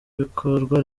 ibikorwa